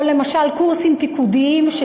או למשל קורסים פיקודיים,